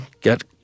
get